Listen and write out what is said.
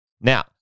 Now